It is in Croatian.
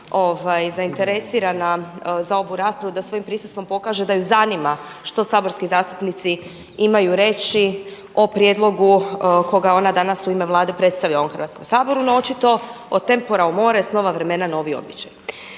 zainteresirana za ovu raspravu, da svojim prisustvom pokaže da ju zanima što saborski zastupnici imaju reći o prijedlogu koga ona danas u ime Vlade predstavlja u ovom Hrvatskom saboru. No očito o tempora, o mores nova vremena, novi običaji.